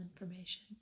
information